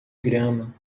grama